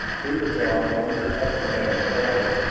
hulagur wandered up and down the valley,